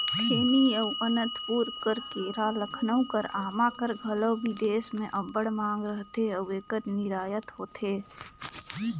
थेनी अउ अनंतपुर कर केरा, लखनऊ कर आमा कर घलो बिदेस में अब्बड़ मांग रहथे अउ एकर निरयात होथे